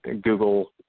Google